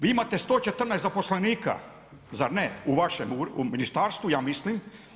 Vi imate 114 zaposlenika zar ne u vašem ministarstvu, ja mislim.